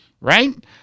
right